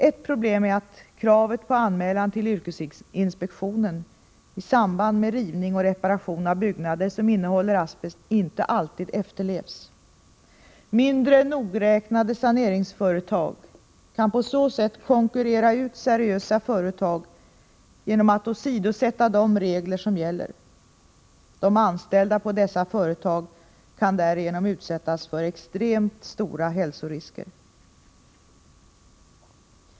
Ett problem är att kravet på anmälan till yrkesinspektionen i samband med rivning och reparation av byggnad som innehåller asbest inte alltid efterlevs. Mindre nogräknade saneringsföretag kan på så sätt konkurrera ut seriösa företag genom att åsidosätta de regler som gäller. De anställda på dessa företag kan därigenom utsättas för extremt stora hälsorisker.